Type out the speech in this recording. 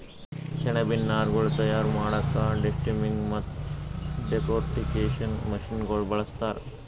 ಸೆಣಬಿನ್ ನಾರ್ಗೊಳ್ ತಯಾರ್ ಮಾಡಕ್ಕಾ ಡೆಸ್ಟಮ್ಮಿಂಗ್ ಮತ್ತ್ ಡೆಕೊರ್ಟಿಕೇಷನ್ ಮಷಿನಗೋಳ್ ಬಳಸ್ತಾರ್